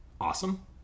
Awesome